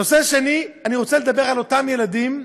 נושא שני: אני רוצה לדבר על אותם ילדים,